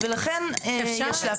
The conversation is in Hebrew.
ולכן, יש להבדיל.